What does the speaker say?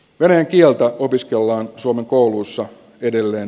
venäjän kieltä opiskellaan suomen koulussa edelleen